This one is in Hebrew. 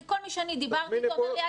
כי כל מי שאני דיברתי איתו אומר לי,